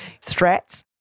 threats